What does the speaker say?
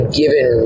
given